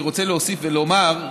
אני רוצה להוסיף ולומר,